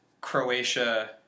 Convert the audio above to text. Croatia